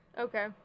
Okay